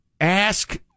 ask